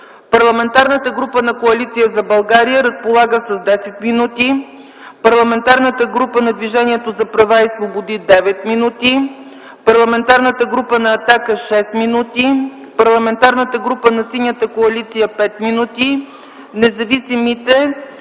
Парламентарната група на Коалиция за България разполага с 10 мин, парламентарната група на Движението за права и свободи разполага с 9 мин., парламентарната група на „Атака” - 6 мин., парламентарната група на Синята коалиция – 5 мин., независимите